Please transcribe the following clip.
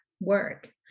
work